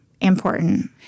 important